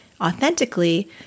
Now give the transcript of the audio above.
Authentically